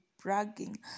bragging